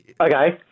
Okay